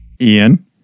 Ian